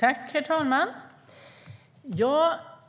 Herr talman!